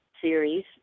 series